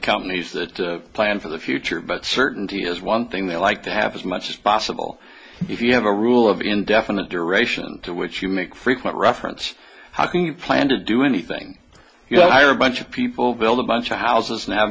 companies that plan for the future but certainty is one thing they like to have as much as possible if you have a rule of indefinite duration to which you make frequent reference how can you plan to do anything if you are a bunch of people build a bunch of houses